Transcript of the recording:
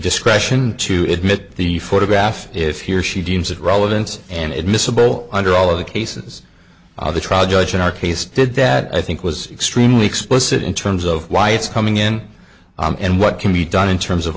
discretion to admit the photograph if he or she deems it relevance and it miscible under all of the cases the trial judge in our case did that i think was extremely explicit in terms of why it's coming in and what can be done in terms of